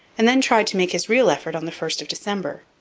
and then tried to make his real effort on the first of december.